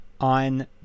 on